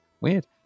Weird